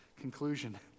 conclusion